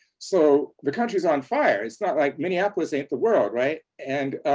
so the country's on fire. it's not like minneapolis ain't the world. right? and,